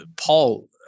Paul